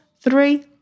three